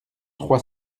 trois